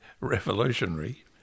revolutionary